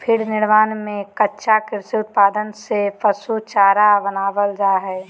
feed निर्माण में कच्चा कृषि उत्पाद से पशु चारा बनावल जा हइ